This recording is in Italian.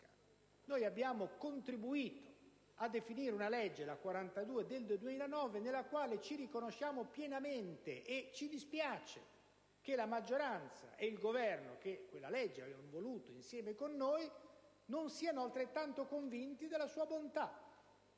e abbiamo contribuito a definire la legge n. 42 del 2009 in cui ci riconosciamo pienamente. Ci dispiace che la maggioranza e il Governo, che quella legge avevano voluto insieme con noi, non siano altrettanto convinti della sua bontà.